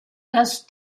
das